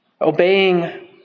Obeying